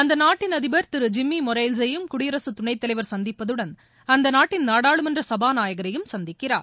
அந்த நாட்டின் அதிபர் திரு ஜிம்மி மொரைல்ஸ் யும் குடியரசு துணைத்தலைவர் சந்திப்பதுடன் அந்த நாட்டின் நாடாளுமன்ற சபாநாயகரையும் சந்திக்கிறார்